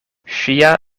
ŝia